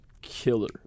killer